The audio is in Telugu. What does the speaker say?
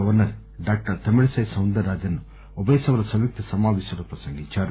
గవర్చ ర్ తమిళసై సౌందర్ రాజన్ ఉభయ సభల సంయుక్త సమాపేశంలో ప్రసంగించారు